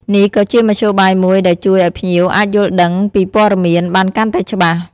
នេះក៏ជាមធ្យោបាយមួយដែលជួយឱ្យភ្ញៀវអាចយល់ដឹងពីព័ត៌មានបានកាន់តែច្បាស់។